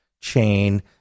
chain